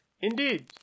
Indeed